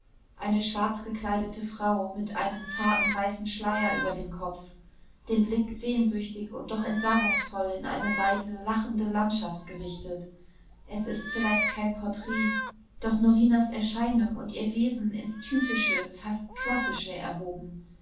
eine schwarzgekleidete frau mit einem zarten weißen schleier über dem kopf den blick sehnsüchtig und doch entsagungsvoll in eine weite lachende landschaft gerichtet es ist vielleicht kein porträt doch norinas erscheinung und ihr wesen ins typische fast klassische erhoben